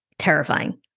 Terrifying